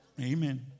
Amen